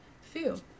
feel